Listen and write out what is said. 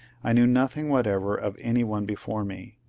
i knew nothing whatever of any one before me.